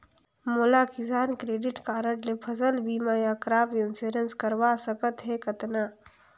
मोला किसान credit card ले फसल बीमा या क्रॉप इंश्योरेंस करवा सकथ हे कतना?